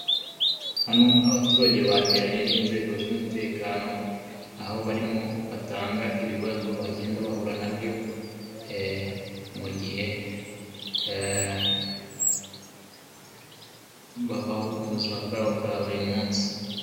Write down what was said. Hano abaturage bateranye n'inzego z'umutekano, aho barimo batanga ibibazo bagenda bahura nabyo, mu gihe babaho mu buzima bwabo bwa buri munsi.